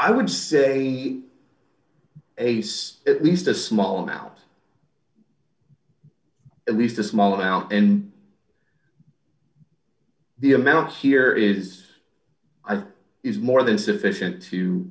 i would say ace at least a small amount at least a small amount and the amount here is i think is more than sufficient to